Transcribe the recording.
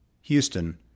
Houston